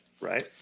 right